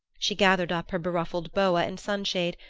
she gathered up her beruffled boa and sunshade,